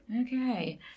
Okay